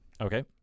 Okay